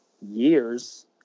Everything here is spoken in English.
years